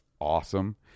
awesome